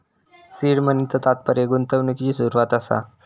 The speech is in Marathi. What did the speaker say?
सीड मनीचा तात्पर्य गुंतवणुकिची सुरवात असा